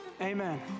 Amen